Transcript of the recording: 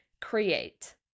create